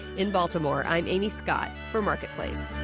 in baltimore, i'm amy scott for marketplace